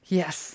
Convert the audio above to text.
yes